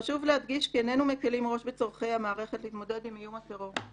חשוב להדגיש כי איננו מקלים ראש בצורכי המערכת להתמודד עם איום הטרור.